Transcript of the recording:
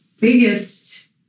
biggest